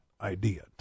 idea